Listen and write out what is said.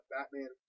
Batman